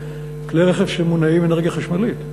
כלי רכב שמונעים באנרגיה חשמלית.